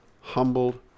humbled